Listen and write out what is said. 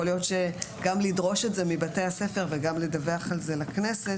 יכול להיות שגם לדרוש זה מבתי הספר וגם לדווח על זה לכנסת,